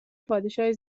پادشاهی